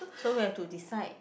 so we have to decide